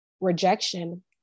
rejection